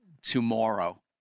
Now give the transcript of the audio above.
tomorrow